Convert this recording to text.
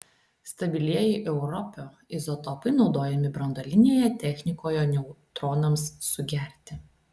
stabilieji europio izotopai naudojami branduolinėje technikoje neutronams sugerti